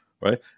right